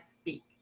speak